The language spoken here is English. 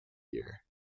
year